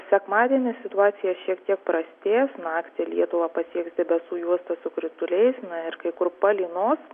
sekmadienį situacija šiek tiek prastės naktį lietuvą pasieks debesų juosta su krituliais na ir kai kur palynos